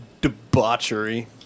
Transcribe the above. debauchery